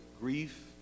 grief